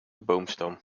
boomstam